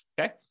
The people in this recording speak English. Okay